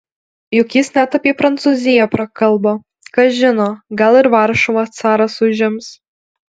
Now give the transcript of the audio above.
juk jis net apie prancūziją prakalbo kas žino gal ir varšuvą caras užims